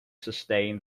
sustain